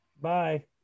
Bye